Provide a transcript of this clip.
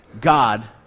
God